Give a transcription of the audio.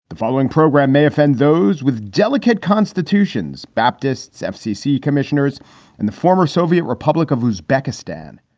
the following program may offend those with delicate constitutions, baptiste's fcc commissioners and the former soviet republic of uzbekistan